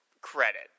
credit